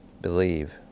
believe